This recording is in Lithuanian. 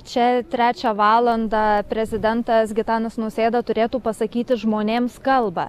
čia trečią valandą prezidentas gitanas nausėda turėtų pasakyti žmonėms kalbą